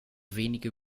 wenige